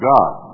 God